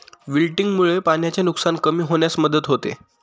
विल्टिंगमुळे पाण्याचे नुकसान कमी होण्यास मदत होते